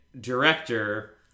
director